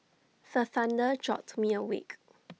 the thunder jolt me awake